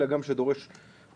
אלא גם שזה דורש התארגנות,